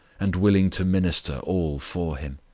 and willing to minister all for him.